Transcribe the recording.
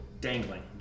dangling